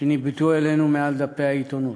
שניבטו אלינו מעל דפי העיתונות.